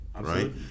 right